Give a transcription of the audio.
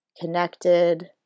connected